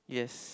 yes